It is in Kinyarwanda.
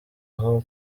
aho